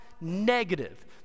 negative